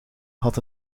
had